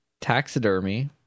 taxidermy